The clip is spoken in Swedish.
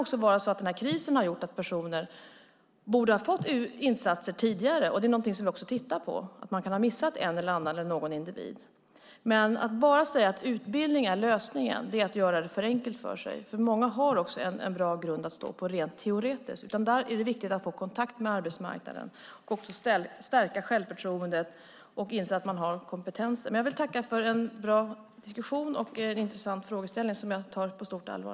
Krisen kan ha gjort att personer borde ha fått en insats tidigare, och det är något vi tittar på. En eller annan individ kan ha missats. Att bara säga att utbildning är lösningen är att göra det för enkelt för sig. Många har också en bra grund att stå på rent teoretiskt. Där är det viktigt att få kontakt med arbetsmarknaden och stärka självförtroendet - inse att man har kompetensen. Jag vill tacka för en bra diskussion och intressant fråga som jag tar på stort allvar.